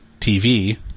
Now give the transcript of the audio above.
TV